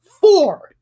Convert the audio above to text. Four